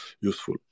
useful